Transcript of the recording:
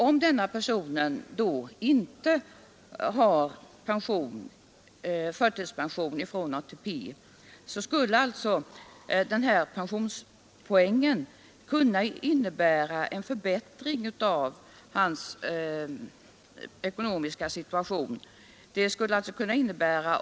Om han då inte har förtidspension från ATP skulle alltså den här pensionspoängen kunna innebära en förbättring av hans ekonomiska situation.